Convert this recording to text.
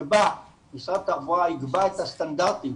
שבה משרד התחבורה יקבע את הסטנדרטים